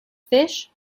fish